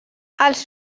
els